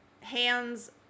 Hands